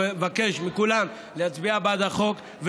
אני מבקש מכולם להצביע בעד החוק,